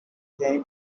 kenny